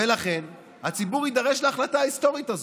ולכן, הציבור יידרש להחלטה ההיסטורית הזאת.